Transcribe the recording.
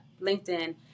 LinkedIn